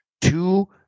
two